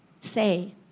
say